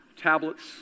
tablets